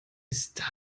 ist